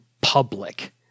public